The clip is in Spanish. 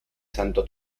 santo